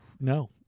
No